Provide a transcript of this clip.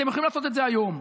אתם יכולים לעשות את זה היום,